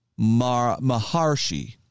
Maharshi